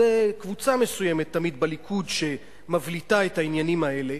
זו תמיד קבוצה מסוימת בליכוד שמבליטה את העניינים האלה,